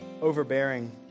overbearing